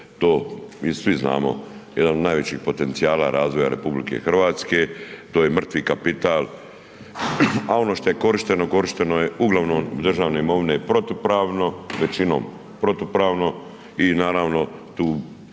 to, mi svi znamo, jedan od najvećih potencijala razvoja RH, to je mrtvi kapital, a ono što je korišteno, korišteno je uglavnom državne imovine protupravno, većinom protupravno i naravno tu